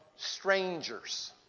strangers